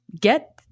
get